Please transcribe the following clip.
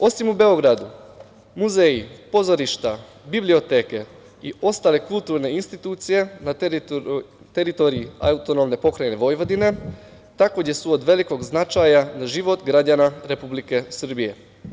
Osim u Beogradu, muzeji, pozorišta, biblioteke i ostale kulturne institucije na teritoriji AP Vojvodine, takođe su od velikog značaja za život građana Republike Srbije.